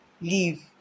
Leave